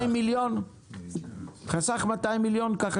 הערך הצבור חסך 200 מיליון, כך שמעתי.